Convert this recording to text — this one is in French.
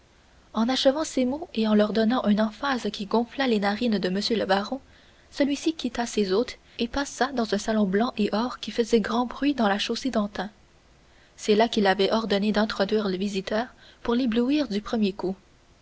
en achevant ces mots et en leur donnant une emphase qui gonfla les narines de m le baron celui-ci quitta ses hôtes et passa dans un salon blanc et or qui faisait grand bruit dans la chaussée-d'antin c'est là qu'il avait ordonné d'introduire le visiteur pour l'éblouir du premier coup